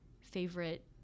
favorite